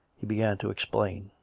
he began to explain.